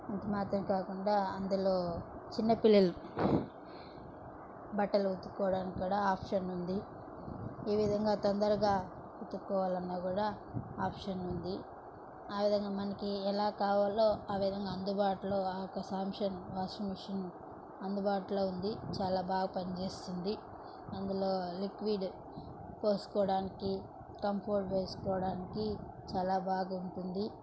అది మాత్రమే కాకుండా అందులో చిన్న పిల్లలు బట్టలు ఉతుక్కోవడానికి కూడా ఆప్షన్ ఉంది ఈ విధంగా తొందరగా ఉతుక్కోవాలన్నా కూడా ఆప్షన్ ఉంది ఆ విధంగా మనకి ఎలా కావాలో ఆ విధంగా అందుబాటులో ఆ యొక్క సామ్సంగ్ వాషింగ్ మిషన్ అందుబాటులో ఉంది చాలా బాగా పనిచేస్తుంది అందులో లిక్విడ్ పోసుకోవడానికి కంఫోర్డ్ వేసుకోవడానికి చాలా బాగుంటుంది